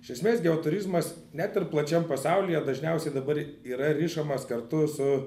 iš esmės geoturizmas net ir plačiam pasaulyje dažniausiai dabar yra rišamas kartu su